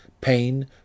pain